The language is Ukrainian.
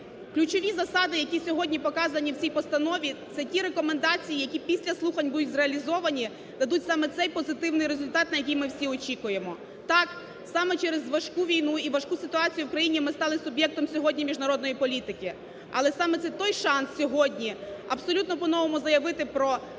Ключові засади, які сьогодні показані в цій постанові, це ті рекомендації, які після слухань будуть зреалізовані, дадуть саме цей позитивний результат, на який ми всі очікуємо. Так, саме через важку війну і важку ситуацію в країні ми стали суб'єктом сьогодні міжнародної політики. Але саме це той шанс сьогодні абсолютно по-новому заявити про нашу націю,